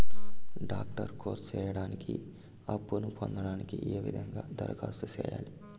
Doctor course సేయడానికి అప్పును పొందడానికి ఏ విధంగా దరఖాస్తు సేయాలి?